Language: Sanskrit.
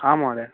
आं महोदय